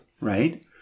right